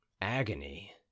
Agony